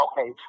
Okay